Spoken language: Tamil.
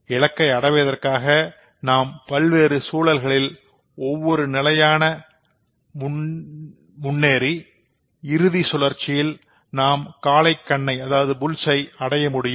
இலக்கை அடைவதற்காக நாம் பல்வேறு சூழல்களில் ஒவ்வொரு நிலையாக முன்னேறி இறுதி சுழற்சியில் நாம் காளைக்கண்ணை அடைய முடியும்